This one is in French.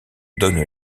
donne